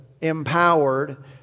empowered